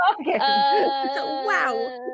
Wow